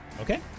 Okay